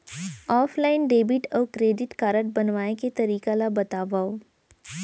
Offline debit अऊ credit card बनवाए के तरीका ल बतावव?